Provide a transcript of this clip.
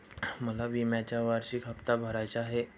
मला विम्याचा वार्षिक हप्ता भरायचा आहे